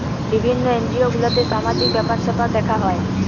বিভিন্ন এনজিও গুলাতে সামাজিক ব্যাপার স্যাপার দেখা হয়